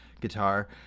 guitar